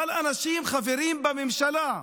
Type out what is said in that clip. אבל אנשים שחברים בממשלה,